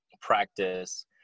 practice